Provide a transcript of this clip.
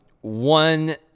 one